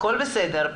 הכל בסדר,